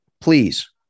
please